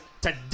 Today